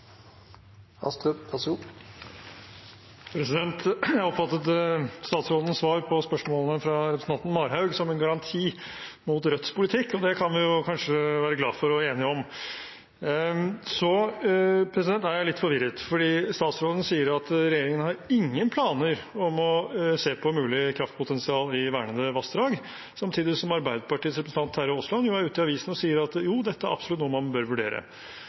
representanten Marhaug som en garanti mot Rødts politikk, og det kan vi kanskje være glad for og enige om. Så er jeg litt forvirret, for statsråden sier at regjeringen har ingen planer om å se på mulig kraftpotensial i vernede vassdrag, samtidig som Arbeiderpartiets representant Terje Aasland var ute i avisene og sa at det er absolutt noe man bør vurdere.